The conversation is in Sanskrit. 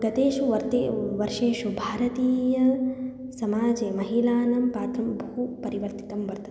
गतेषु वर्षेषु वर्षेषु भारतीयसमाजे महिलानां पात्रं बहु परिवर्तितं वर्तते